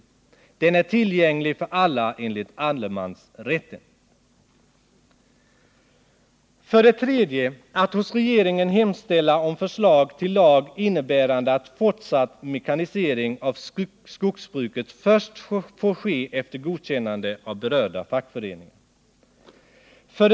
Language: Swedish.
Den är tillgänglig för alla enligt allemansrätten. 3. att hos regeringen hemställa om förslag till lag innebärande att fortsatt mekanisering av skogsbruket först får ske efter godkännande av berörda fackföreningar, 4.